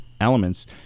elements